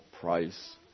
price